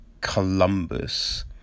Columbus